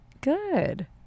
Good